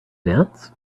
dance